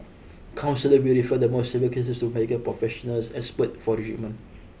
counsellors will refer the more severe cases to medical professionals expert for treatment